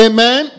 Amen